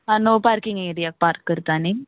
हां no parking एरियाक park करता न्ही